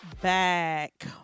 back